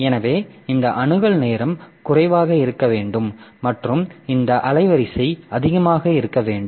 எனவே இந்த அணுகல் நேரம் குறைவாக இருக்க வேண்டும் மற்றும் இந்த அலைவரிசை அதிகமாக இருக்க வேண்டும்